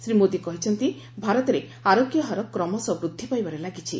ଶ୍ରୀ ମୋଦି କହିଛନ୍ତି ଭାରତରେ ଆରୋଗ୍ୟ ହାର କ୍ରମଶଃ ବୃଦ୍ଧି ପାଇବାରେ ଲାଗିଛି